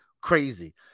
crazy